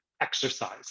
exercise